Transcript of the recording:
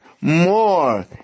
more